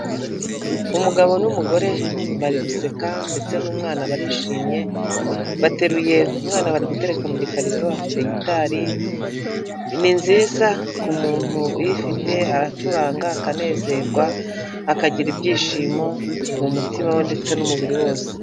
Umugabo n'umugore bari guseka ndetse n'umwana barishimye, bateruye umwana bari gutereka mu gikarito, bafite gitari ni nziza ku muntu uyifite, aracuranga akanezerwa, akagira ibyishimo mu mutima we ndetse n'umubiri wose.